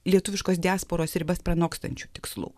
lietuviškos diasporos ribas pranokstančių tikslų